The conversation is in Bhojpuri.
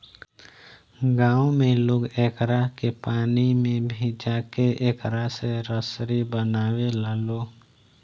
गांव में लोग एकरा के पानी में भिजा के एकरा से रसरी बनावे लालो